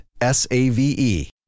S-A-V-E